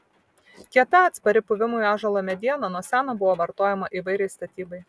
kieta atspari puvimui ąžuolo mediena nuo seno buvo vartojama įvairiai statybai